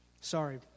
Sorry